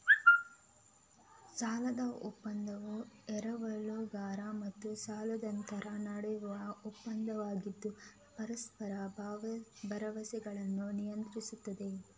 ಸಾಲದ ಒಪ್ಪಂದವು ಎರವಲುಗಾರ ಮತ್ತು ಸಾಲದಾತರ ನಡುವಿನ ಒಪ್ಪಂದವಾಗಿದ್ದು ಪರಸ್ಪರ ಭರವಸೆಗಳನ್ನು ನಿಯಂತ್ರಿಸುತ್ತದೆ